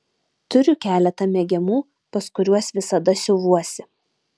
turiu keletą mėgiamų pas kuriuos visada siuvuosi